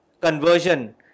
conversion